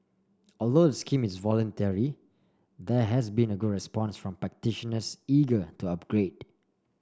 although the scheme is voluntary there has been a good response from practitioners eager to upgrade